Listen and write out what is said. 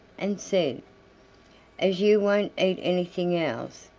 and said as you won't eat anything else,